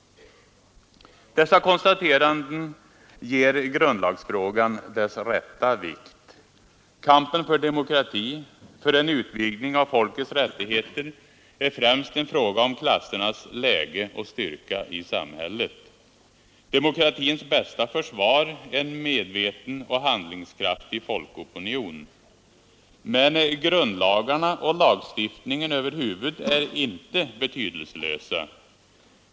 Dessa konstateranden ger grundlagsfrågan dess rätta vikt. Kampen för demokrati, för en utvidgning av folkets rättigheter, är främst en fråga om klassernas läge och styrka i samhället. Demokratins bästa försvar är en medveten och handlingskraftig folkopinion, men grundlagarna och lagstiftningen över huvud är inte betydelselösa.